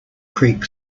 creek